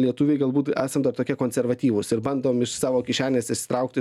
lietuviai galbūt esam dar tokie konservatyvūs ir bandom iš savo kišenės išsitraukti